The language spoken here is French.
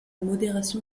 modération